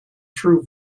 true